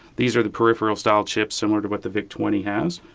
these are the peripheral style chips similar to what the vic twenty has.